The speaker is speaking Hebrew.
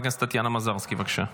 חברת הכנסת טטיאנה מזרסקי, בבקשה.